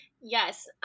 yes